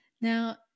Now